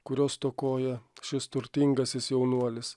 kurio stokoja šis turtingasis jaunuolis